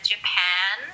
Japan